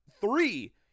three